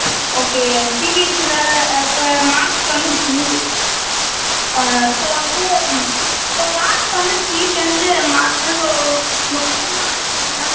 okay சிபிஎஸ்சியில இப்போ marks வந்துருச்சு ஸோ வந்து இப்போ மார்க்ஸ் வந்துருச்சு டென்த்து மார்க்ஸு ஸோ உங்கள் பையன் மார்க்ஸ் என்ன சார்